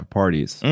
parties